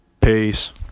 peace